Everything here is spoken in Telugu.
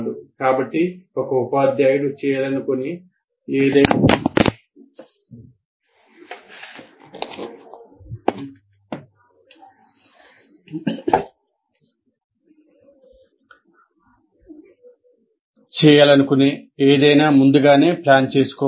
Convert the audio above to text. కాబట్టి ఒక ఉపాధ్యాయుడు చేయాలనుకునే ఏదైనా ముందుగానే ప్లాన్ చేసుకోవాలి